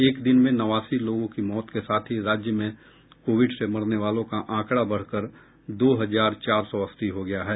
एक दिन में नवासी लोगों की मौत के साथ ही राज्य में कोविड से मरने वालों का आंकड़ा बढ़कर दो हजार चार सौ अस्सी हो गया है